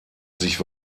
sich